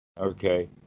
okay